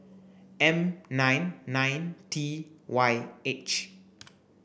N nine nine T Y H